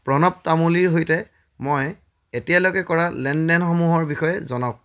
প্ৰণৱ তামুলীৰ সৈতে মই এতিয়ালৈকে কৰা লেনদেনসমূহৰ বিষয়ে জনাওক